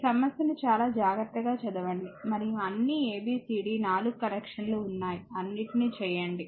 ఈ సమస్యను చాలా జాగ్రత్తగా చదవండి మరియు అన్ని a b c d 4 కనెక్షన్లు ఉన్నాయి అన్నిటిని చేయండి